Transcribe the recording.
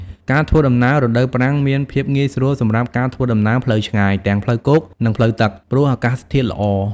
ការធ្វើដំណើរ រដូវប្រាំងមានភាពងាយស្រួលសម្រាប់ការធ្វើដំណើរផ្លូវឆ្ងាយ ទាំងផ្លូវគោក និងផ្លូវទឹក ព្រោះអាកាសធាតុល្អ។